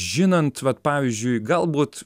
žinant vat pavyzdžiui galbūt